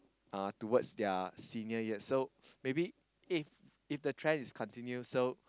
uh towards their senior years so maybe if if the trend is continue so